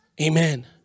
Amen